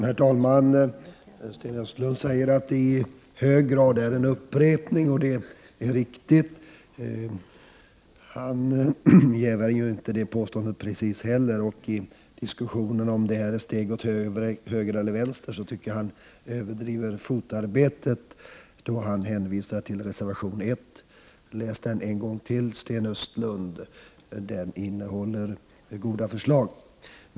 Herr talman! Sten Östlund säger att det i hög grad är en upprepning, och det är riktigt. Han själv jävar inte heller det påståendet, precis. I diskussionen om det här är ett steg åt höger eller åt vänster tycker jag han överdriver fotarbetet då han hänvisar till reservation 1. Läs den en gång till, Sten Östlund! Den innehåller goda förslag.